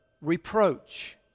reproach